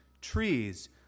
trees